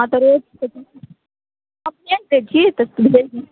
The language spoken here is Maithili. हँ तऽ रोज भेज दैत छी तऽ